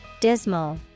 dismal